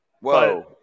Whoa